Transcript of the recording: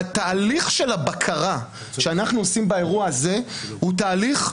התהליך של הבקרה שאנחנו עושים באירוע הזה הוא תהליך,